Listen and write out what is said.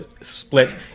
split